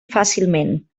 fàcilment